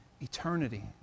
eternity